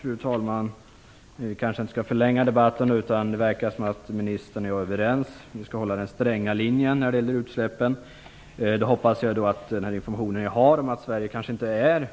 Fru talman! Vi kanske inte skall förlänga debatten. Det verkar som om ministern och jag är överens. Vi skall hålla den stränga linjen när det gäller utsläppen. Jag hoppas att den information jag har om att Sverige kanske inte är